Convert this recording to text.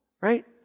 right